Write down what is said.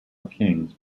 kings